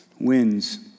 wins